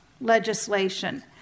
legislation